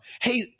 Hey